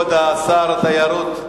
כבוד שר התיירות,